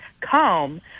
calm